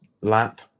lap